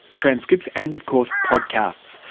transcripts and of course podcasts.